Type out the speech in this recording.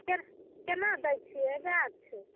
केना केना दय छियै गाछ